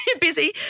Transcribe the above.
Busy